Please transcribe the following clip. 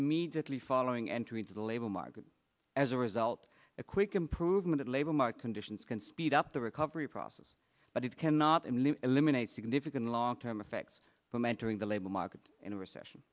immediately following entry into the labor market as a result of quick improvement labor mark conditions can speed up the recovery process but it cannot and will eliminate significant long term effects from entering the labor market in a recession